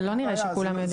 ולא נראה שכולם יודעים.